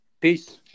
Peace